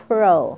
Pro